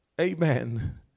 amen